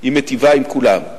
היא מיטיבה עם כולם.